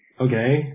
okay